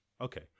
Okay